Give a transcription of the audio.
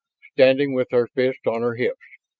standing with her fists on her hips.